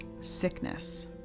Sickness